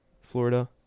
florida